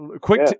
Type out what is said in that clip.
quick